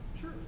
sure